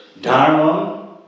Dharma